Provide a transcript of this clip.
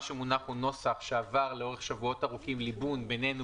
מה שמונח הוא נוסח שעבר לאורך שבועות ארוכים ליבון בינינו,